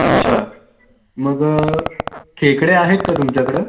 अच्छा मग खेकडे आहेत का तुमच्याकडं